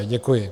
Děkuji.